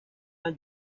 las